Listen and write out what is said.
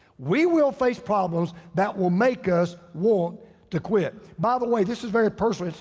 we will face problems that will make us want to quit. by the way, this is very personal.